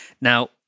Now